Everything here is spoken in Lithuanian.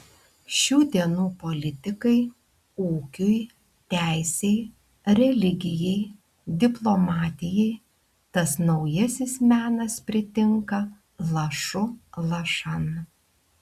šių dienų politikai ūkiui teisei religijai diplomatijai tas naujasis menas pritinka lašu lašan